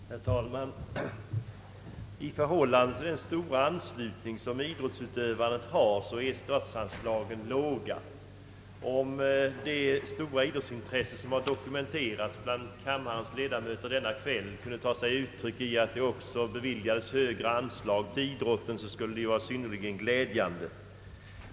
Herr talman! I förhållande till den stora anslutningen till idrottsutövandet är statsanslagen låga. Om det stora idrottsintresse som denna kväll dokumenterats av kammarens ledamöter också kunde ta sig uttryck i att högre anslag till idrotten beviljades, skulle det vara synnerligen glädjande.